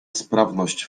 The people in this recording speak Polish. sprawność